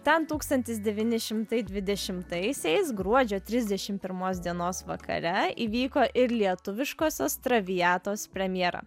ten tūkstantis devyni šimtai dvidešimtaisiais gruodžio trisdešim pirmos dienos vakare įvyko ir lietuviškosios traviatos premjera